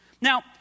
Now